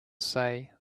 say